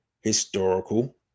historical